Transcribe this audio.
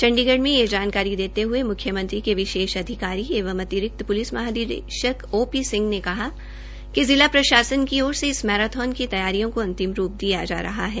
चंडीगढ़ में यह जानकारी देते हये मुख्यमंत्री के विशेष अधिकारी एवं अतिरिक्त पुलिस महानिदेशक ओ पी सिंह ने बताया कि जिला प्रशासन की ओर से इस मैराथन की तैयारियों को अंतिम रूप दिया जा रहा है